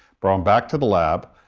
brought back to the lab,